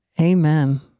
Amen